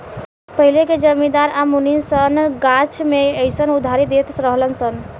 पहिले के जमींदार आ मुनीम सन गाछ मे अयीसन उधारी देत रहलन सन